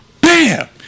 bam